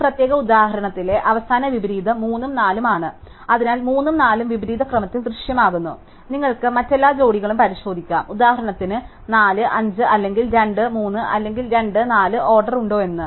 ഈ പ്രത്യേക ഉദാഹരണത്തിലെ അവസാന വിപരീതം 3 ഉം 4 ഉം ആണ് അതിനാൽ 3 ഉം 4 ഉം വിപരീത ക്രമത്തിൽ ദൃശ്യമാകുന്നു അതിനാൽ നിങ്ങൾക്ക് മറ്റെല്ലാ ജോഡികളും പരിശോധിക്കാം ഉദാഹരണത്തിന് 4 5 അല്ലെങ്കിൽ 2 3 അല്ലെങ്കിൽ 2 4 ഓർഡർ ഉണ്ടോ എന്ന്